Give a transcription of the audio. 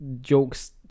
jokes